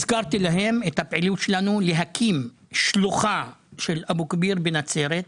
הזכרתי להם את הפעילות שלנו להקים שלוחה של אבו כביר בנצרת,